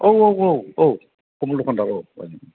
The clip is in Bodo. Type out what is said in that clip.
औ कमल दखान्दार औ